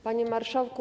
Panie Marszałku!